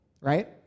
right